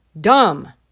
Dumb